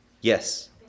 Yes